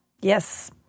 Yes